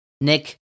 Nick